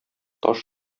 таш